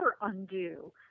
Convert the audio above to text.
undo